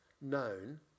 known